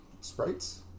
Sprites